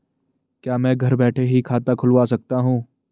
क्या मैं घर बैठे ही खाता खुलवा सकता हूँ?